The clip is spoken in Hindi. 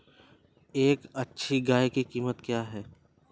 एक अच्छी गाय की कीमत क्या है?